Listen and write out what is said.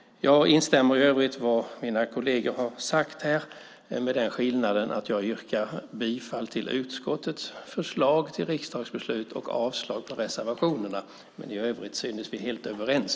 Jag instämmer i övrigt i vad mina kolleger har sagt här med den skillnaden att jag yrkar bifall till utskottets förslag till riksdagsbeslut och avslag på reservationerna. I övrigt synes vi helt överens.